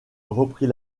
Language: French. reprit